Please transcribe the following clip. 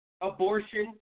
Abortion